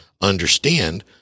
understand